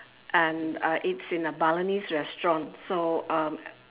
and uh it's in a Balinese restaurant so um